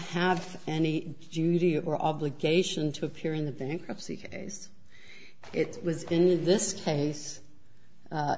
have any duty or obligation to appear in the bankruptcy case it was in this case